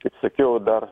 kaip sakiau dar